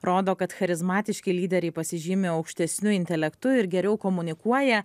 rodo kad charizmatiški lyderiai pasižymi aukštesniu intelektu ir geriau komunikuoja